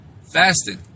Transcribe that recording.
fasting